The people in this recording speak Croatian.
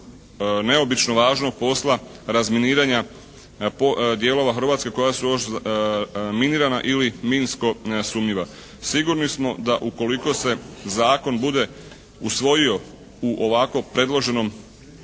neobično važnog posla razminiranja dijelova Hrvatske koja su još minirana ili minsko sumnjiva. Sigurni smo da ukoliko se zakon bude usvojio u ovako predloženom